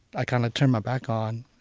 i kind of turned my back on.